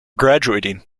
graduating